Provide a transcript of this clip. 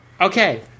Okay